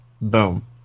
boom